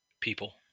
people